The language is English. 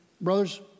brothers